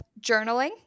journaling